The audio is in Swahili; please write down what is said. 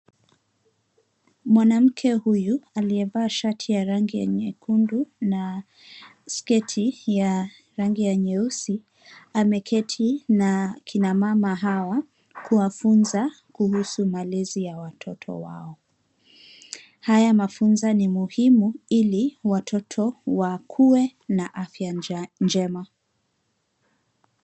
Mwanamke huyu aliyevaa shati ya rangi ya nyekundu na sketi ya rangi ya nyeusi ameketi na kina mama hawa, kuwafunza kuhusu malezi ya watoto wao. Haya mafunzo ni muhimu ili watoto wakue na afya njema.